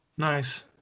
Nice